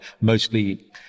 mostly